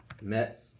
Mets